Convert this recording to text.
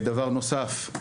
דבר נוסף,